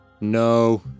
No